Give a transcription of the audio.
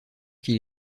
qu’il